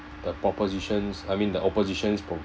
the propositions I mean the opposition's